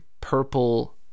purple